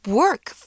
work